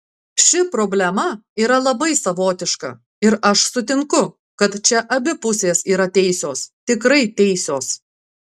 ši problema yra labai savotiška ir aš sutinku kad čia abi pusės yra teisios tikrai teisios